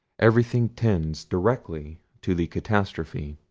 everything tends directly to the catastrophe.